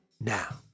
now